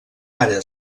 ara